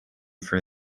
for